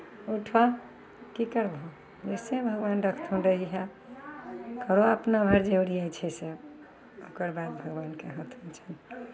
उठह की करबै जइसे भगवान रखथुन रहिहह रह अपना भाय जे होइ छै से ओकर बाद भगवानके हाथमे छनि